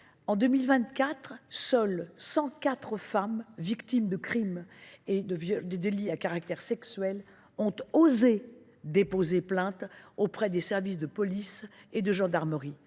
en 2024, seulement 104 000 femmes victimes de crime et de délit à caractère sexuel ont osé déposer plainte auprès des services de police et de gendarmerie.